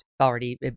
already